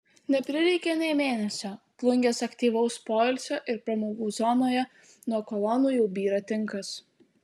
neprireikė nė mėnesio plungės aktyvaus poilsio ir pramogų zonoje nuo kolonų jau byra tinkas